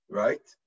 right